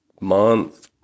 month